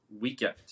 weekend